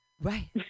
right